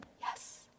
Yes